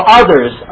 others